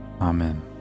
Amen